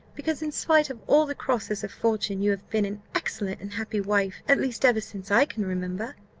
because, in spite of all the crosses of fortune, you have been an excellent and happy wife, at least ever since i can remember.